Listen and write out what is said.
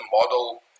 model